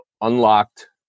unlocked